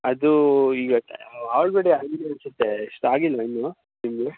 ಅದು ಈಗ ಅಲ್ರೆಡಿ ಆಗಿದೆ ಅನಿಸುತ್ತೆ ಇಷ್ಟು ಆಗಿಲ್ಲ ಇನ್ನೂ ನಿಮಗೆ